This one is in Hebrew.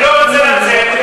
אני לא רוצה לצאת,